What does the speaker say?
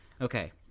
Okay